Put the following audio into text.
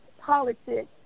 politics